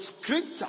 scripture